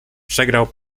przegrał